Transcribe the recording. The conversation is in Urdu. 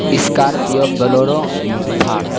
Scorpio Bolero تھاڑا